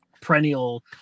perennial